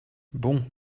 bon